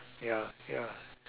ya ya